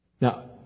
Now